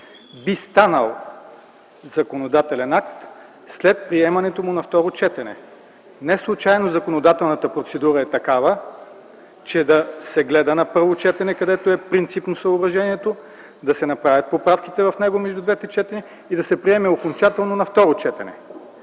Би станал законодателен акт след приемането му на второ четене. Неслучайно законодателната процедура е такава: да се гледа на първо четене, където е принципно съображението, да се направят поправките в него между двете четения и да се приеме окончателно на второ четене.